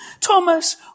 Thomas